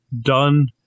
done